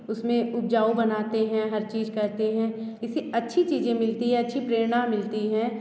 उसमें उपजाऊ बनाते हैं हर चीज़ करते हैं इससे अच्छी चीज़े मिलती है अच्छी प्रेरणा मिलती है